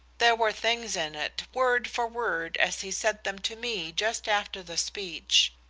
there were things in it, word for word as he said them to me just after the speech.